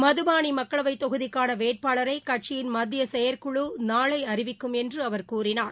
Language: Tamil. மதுபானிமக்களவைதொகுதிக்கானவேட்பாளரைகட்சியின் மத்தியசெயற்குழுநாளைஅறிவிக்கும் என்றுஅவர் கூறினார்